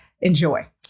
enjoy